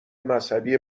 مذهبی